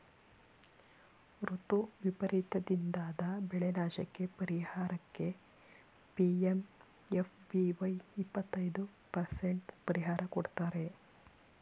ಋತು ವೈಪರೀತದಿಂದಾದ ಬೆಳೆನಾಶಕ್ಕೇ ಪರಿಹಾರಕ್ಕೆ ಪಿ.ಎಂ.ಎಫ್.ಬಿ.ವೈ ಇಪ್ಪತೈದು ಪರಸೆಂಟ್ ಪರಿಹಾರ ಕೊಡ್ತಾರೆ